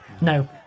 No